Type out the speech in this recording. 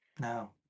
no